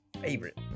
favorite